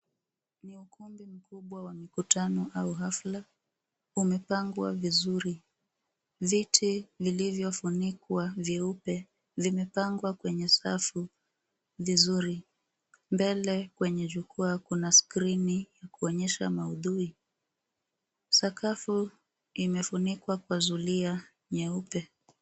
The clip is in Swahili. Ni ukumbi mkubwa wa mikutano au hafla. Umepangwa vizuri. Viti vilivyofunikwa vyeupe vimepangwa kwenye safu vizuri. Mbele kwenye jukwaa kuna skrini ya kuonyesha maudhui. Sakafu imefunikwa kwa zulia nyeupe.